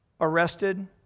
Arrested